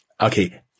Okay